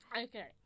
Okay